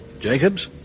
Jacobs